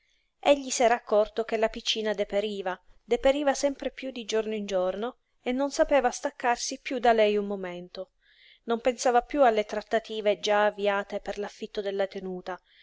della madre egli s'era accorto che la piccina deperiva deperiva sempre piú di giorno in giorno e non sapeva staccarsi piú da lei un momento non pensava piú alle trattative già avviate per l'affitto della tenuta